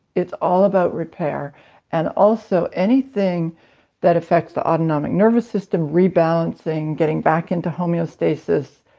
it's all about repair and also anything that affects the autonomic nervous system, rebalancing, getting back into homeostasis,